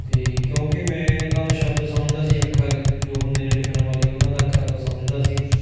ਅਤੇ ਕਿਉਂਕਿ ਮੈਂ ਤਾਂ ਸ਼ਬਦ ਸਮਝਦਾ ਸੀ ਅੱਖਰ ਜੋ ਹੁੰਦੇ ਨੇ ਲਿਖਣ ਵਾਲੇ ਓਹਨਾਂ ਦਾ ਅੱਖਰਾਂ ਦਾ ਸਮਝਦਾ ਸੀ